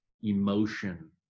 emotion